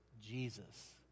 Jesus